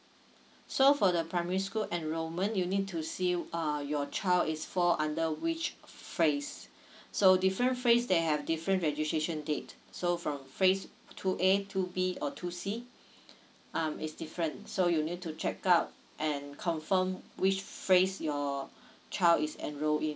so for the primary school enrollment you need to see you uh your child is fall under which phase so different phase they have different registration date so from phase two A two B or two C um is different so you need to check out and confirmed which phase your child is enrolled in